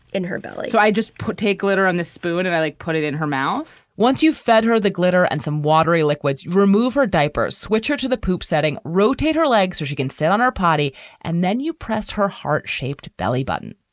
in her belly. so i just put take glitter on the spoon and i like put it in her mouth. once you fed her the glitter and some watery liquids, remove her diaper, switch her to the poop setting, rotate her legs so she can stay her party and then you press her heart shaped belly button,